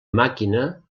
màquina